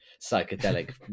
psychedelic